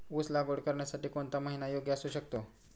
ऊस लागवड करण्यासाठी कोणता महिना योग्य असू शकतो?